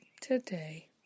today